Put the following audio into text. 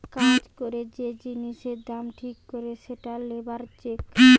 কাজ করে যে জিনিসের দাম ঠিক করে সেটা লেবার চেক